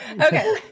Okay